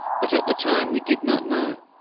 but, at the time, we did not know.